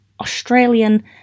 Australian